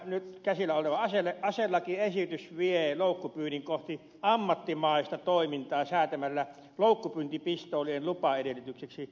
tämä nyt käsillä oleva aselakiesitys vie loukkupyynnin kohti ammattimaista toimintaa säätämällä loukkupyyntipistoolien lupaedellytyksiksi aktiivisen loukkupyynnin